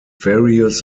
various